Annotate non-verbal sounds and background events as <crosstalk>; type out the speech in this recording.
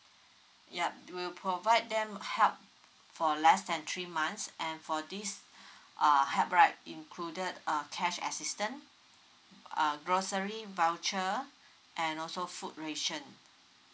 yup we'll provide them help for less than three months and for this <breath> err help right included err cash assistance err grocery voucher and also food ration